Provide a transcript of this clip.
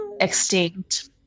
extinct